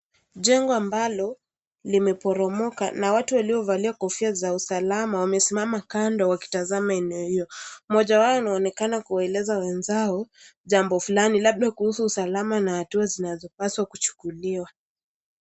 Jengo ambalo limeporomoka na watu waliovalia kofia za usalama wamesimama kando wakitazama eneo hiyo. Mmoja wao anaonekana kuwaelezea wenzao jambo fulani, labda kuhusu usalama na hatua zinazopaswa kuchukuliwa.